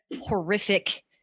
horrific